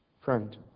friend